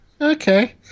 Okay